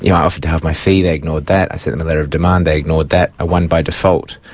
you know, i offered to halve my fee, they ignored that, i sent them a letter of demand, they ignored that, i won by default.